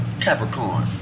Capricorn